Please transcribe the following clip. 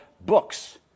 books